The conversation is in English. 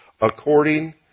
according